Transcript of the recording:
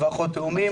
אח ואחות תאומים,